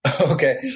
Okay